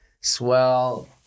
swell